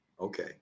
Okay